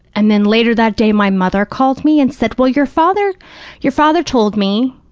and then later that day, my mother called me and said, well, your father your father told me,